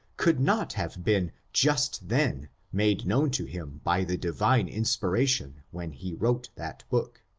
could not have been just then made known to him by the divine inspiration when he wrote that book.